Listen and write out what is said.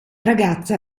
ragazza